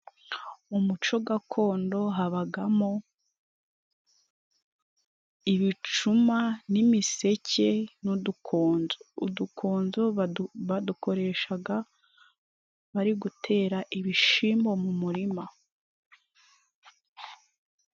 Umuco gakondo habamo, ibicuma n'imiseke n'udukonzo. Udukonzo badukoresha bari gutera ibishyimbo mu murima.